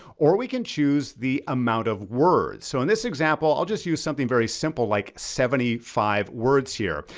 or we can choose the amount of words. so in this example, i'll just use something very simple, like seventy five words here.